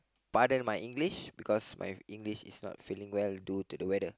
pardon my English because my English is not feeling well due to the weather